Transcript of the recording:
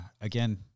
again